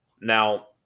Now